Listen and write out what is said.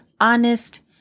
honest